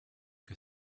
que